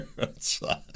outside